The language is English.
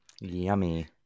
yummy